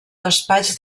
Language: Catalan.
despatx